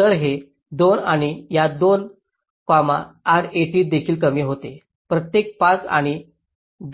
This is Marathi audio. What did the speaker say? तर हे 2 आणि या 2 RAT देखील कमी होते प्रत्येक 5 आणि